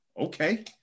okay